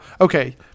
okay